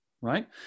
Right